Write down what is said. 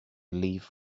leave